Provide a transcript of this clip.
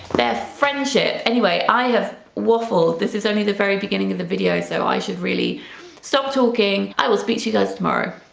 their friendship. anyway i have waffled on, this is only the very beginning of the video so i should really stop talking i will speak to you guys tomorrow.